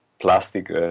plastic